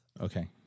Okay